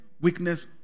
weakness